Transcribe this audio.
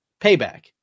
Payback